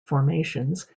formations